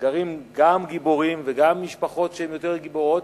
גרים גם גיבורים וגם משפחות שהן יותר גיבורות,